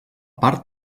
part